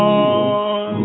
on